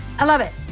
i love it.